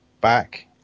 back